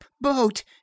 boat